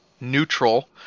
neutral